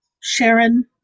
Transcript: sharon